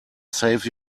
save